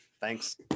Thanks